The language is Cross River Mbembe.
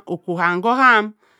mokpak arrang kari w bipuyit.